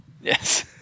Yes